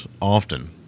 often